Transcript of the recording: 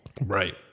Right